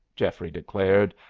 geoffrey declared,